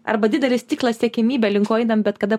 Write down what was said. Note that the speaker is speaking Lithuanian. arba didelis tikslas siekiamybė link ko einam bet kada